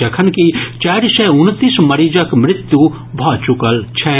जखनकि चारि सय उनतीस मरीजक मृत्यु भऽ चुकल छथि